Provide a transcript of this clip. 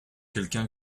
quelqu’un